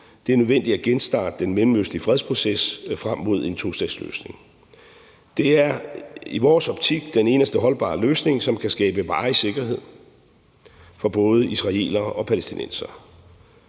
Det er nødvendigt at genstarte den mellemøstlige fredsproces frem mod en tostatsløsning. Det er i vores optik den eneste holdbare løsning, som kan skabe varig sikkerhed for både israelere og palæstinensere.